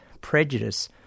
prejudice